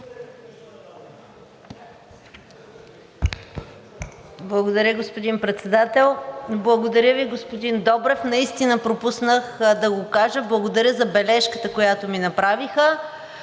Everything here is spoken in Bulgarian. Благодаря, господин Председател. Благодаря Ви, господин Добрев, наистина пропуснах да го кажа. Благодаря за бележката, която ми направихте.